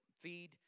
feed